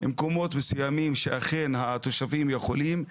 במקומות מסוימים אכן התושבים יכולים,